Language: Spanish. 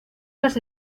las